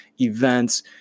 events